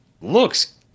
looks